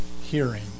hearing